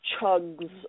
chugs